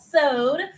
episode